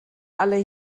alle